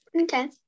Okay